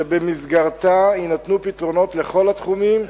שבמסגרתה יינתנו פתרונות לכל התחומים: